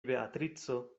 beatrico